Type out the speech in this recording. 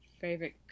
favorite